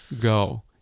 go